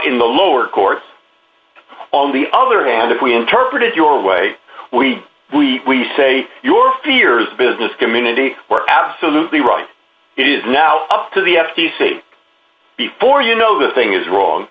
in the lower court on the other hand if we interpret it your way we we say your fears business community were absolutely right it is now up to the f t c before you know the thing is wrong